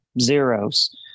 zeros